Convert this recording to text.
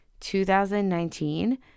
2019